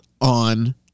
on